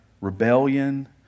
rebellion